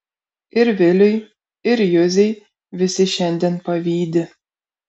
ir viliui ir juzei visi šiandien pavydi